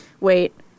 wait